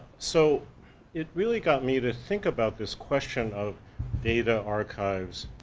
so it really got me to think about this question of data archives,